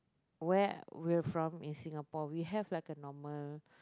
where we're from in Singapore we have like a normal